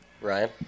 Ryan